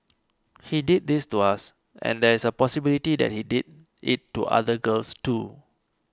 he did this to us and there is a possibility that he did it to other girls too